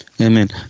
Amen